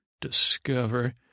Discover